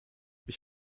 ich